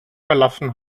verlassen